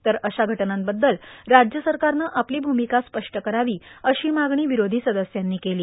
तर अशा घटनांबद्दल राज्य सरकारनं आपली भूमिका स्पष्ट करावी अशी मागणी विरोधी सदस्यांनी केली